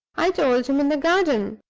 i told him in the garden.